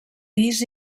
pis